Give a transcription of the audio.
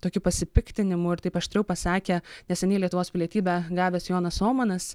tokiu pasipiktinimu ir taip aštriau pasakė neseniai lietuvos pilietybę gavęs jonas ohmanas